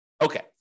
Okay